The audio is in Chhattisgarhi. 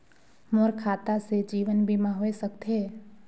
मोर खाता से जीवन बीमा होए सकथे?